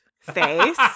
face